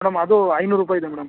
madam ಅದು ಐನೂರು ರೂಪಾಯಿ ಇದೆ ಮೇಡಮ್